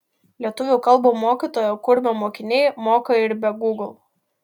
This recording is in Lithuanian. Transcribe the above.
lietuvių kalbą mokytojo kurmio mokiniai moka ir be gūgl